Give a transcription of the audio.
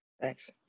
Thanks